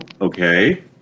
Okay